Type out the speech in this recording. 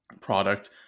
product